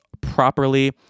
properly